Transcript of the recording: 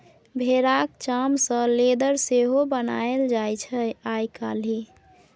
भेराक चाम सँ लेदर सेहो बनाएल जाइ छै आइ काल्हि